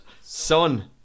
Son